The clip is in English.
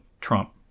Trump